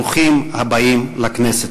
ברוכים הבאים לכנסת.